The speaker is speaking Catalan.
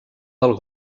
del